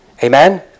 Amen